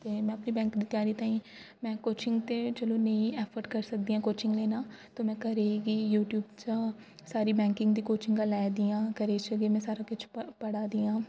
ते में अपनी बैंक दी त्यारी ताहीं में कोचिंग ते चलो नेईं एफर्ड करी सकदी आं कोचिंग लेना ते में घरै ई यूट्यूब चा सारी बैंकिंग दी कोचिंग ले दियां घरै च गै में सारा किश पढ़ा दियां